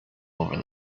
over